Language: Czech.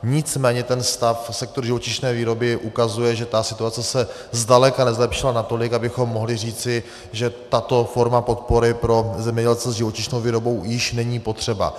Nicméně stav v sektoru živočišné výroby ukazuje, že situace se zdaleka nezlepšila natolik, abychom mohli říci, že tato forma podpory pro zemědělce s živočišnou výrobou již není potřebná.